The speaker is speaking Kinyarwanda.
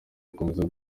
gukomeza